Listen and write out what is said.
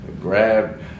grab